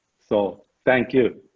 so thank you.